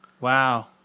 Wow